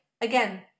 again